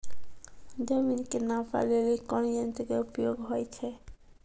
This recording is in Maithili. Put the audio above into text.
जमीन के नापै लेली कोन यंत्र के उपयोग होय छै?